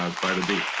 by the booth.